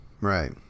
Right